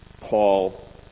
Paul